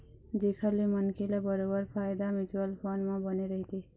जेखर ले मनखे ल बरोबर फायदा म्युचुअल फंड म बने रहिथे